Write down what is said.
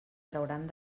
trauran